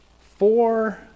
four